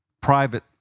private